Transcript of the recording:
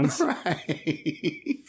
Right